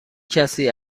کسی